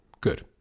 Good